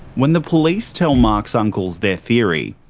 when the police tell mark's uncles their theory,